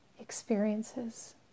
experiences